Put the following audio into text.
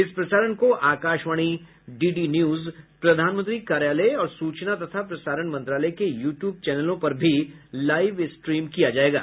इस प्रसारण को आकाशवाणी डीडी न्यूज प्रधानमंत्री कार्यालय और सूचना तथा प्रसारण मंत्रालय के यूटूब चैनलों पर भी लाइव स्ट्रीम किया जायेगा